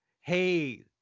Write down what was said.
hey